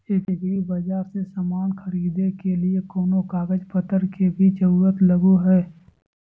एग्रीबाजार से समान खरीदे के लिए कोनो कागज पतर के भी जरूरत लगो है?